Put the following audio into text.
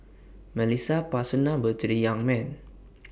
Melissa passed her number to the young man